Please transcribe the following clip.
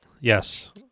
Yes